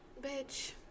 Bitch